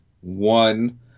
One